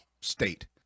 state